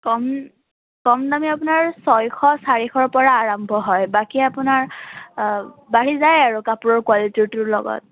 কম কম দামী আপোনাৰ ছয়শ চাৰিশৰ পৰা আৰম্ভ হয় বাকী আপোনাৰ বাঢ়ি যায় আৰু কাপোৰৰ কুৱালিটিটোৰ লগত